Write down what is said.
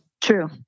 true